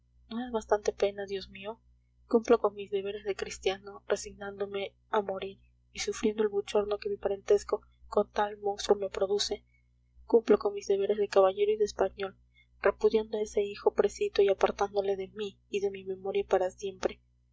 no es bastante pena dios mío cumplo con mis deberes de cristiano resignándome a morir y sufriendo el bochorno que mi parentesco con tal monstruo me produce cumplo con mis deberes de caballero y de español repudiando a ese hijo precito y apartándole de mí y de mi memoria para siempre